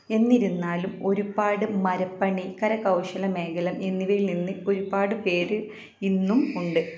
എന്നിരുന്നാലും ഒരുപാട് മരപ്പണി കരകൗശലമേഖല എന്നിവയിൽ നിന്ന് ഒരുപാടുപേർ ഇന്നും ഉണ്ട്